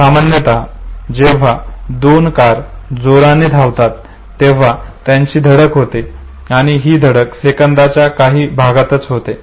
सामान्यत जेव्हा दोन कार जोराने धावत असतात आणि त्यांची धडक होते तेव्हा ही धडक सेकंदाच्या काही भागातच होते